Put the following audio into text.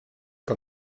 kan